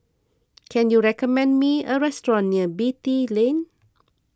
can you recommend me a restaurant near Beatty Lane